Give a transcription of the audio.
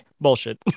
bullshit